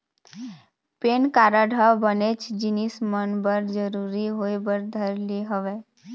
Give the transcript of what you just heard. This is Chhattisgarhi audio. पेन कारड ह बनेच जिनिस मन बर जरुरी होय बर धर ले हवय